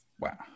Wow